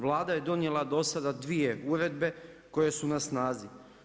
Vlada je donijela do sada dvije uredbe koje su na snazi.